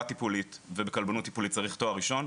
טיפולית ובכלבנות טיפולית ותחומים אחרים צריך תואר ראשון.